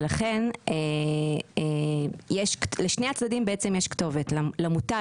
ולכן לשני הצדדים בעצם יש כתובת: למוטב